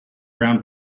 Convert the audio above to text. brown